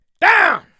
Down